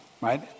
right